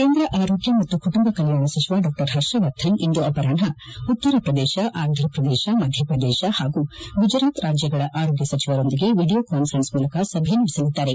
ಕೇಂದ್ರ ಆರೋಗ್ತ ಮತ್ತು ಕುಟುಂಬ ಕಲ್ಕಾಣ ಸಜಿವ ಡಾ ಪರ್ಷವರ್ಧನ್ ಇಂದು ಅಪರಾಷ್ನ ಉತ್ತರ ಪ್ರದೇಶ ಅಂಧ್ರಪ್ರದೇಶ ಮಧ್ಯಪ್ರದೇಶ ಪಾಗೂ ಗುಜರಾತ್ ರಾಜ್ಯಗಳ ಆರೋಗ್ಯ ಸಚಿವರೊಂದಿಗೆ ಎಡಿಯೋ ಕಾನ್ಫರೆನ್ಸ್ ಮೂಲಕ ಸಭೆ ನಡೆಸಲಿದ್ದಾರೆ